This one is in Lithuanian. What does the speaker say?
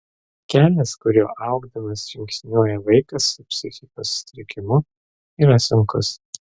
kelias kuriuo augdamas žingsniuoja vaikas su psichikos sutrikimu yra sunkus